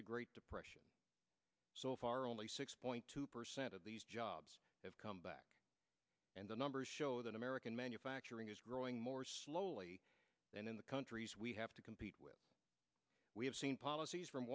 the great depression so far only six point two percent of these jobs have come back and the numbers show that american manufacturing is growing more slowly and in the countries we have to compete with we have seen policies from